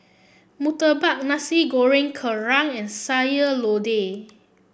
murtabak Nasi Goreng Kerang and Sayur Lodeh